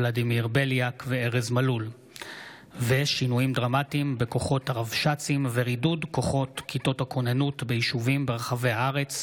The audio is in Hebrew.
ולדימיר בליאק וארז מלול בנושא: אפליית חללי לוחמי אש,